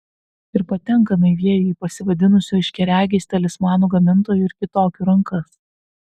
ir patenka naivieji į pasivadinusių aiškiaregiais talismanų gamintojų ir kitokių rankas